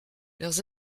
leurs